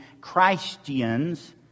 Christians